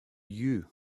you